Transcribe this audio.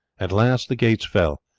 at last the gates fell,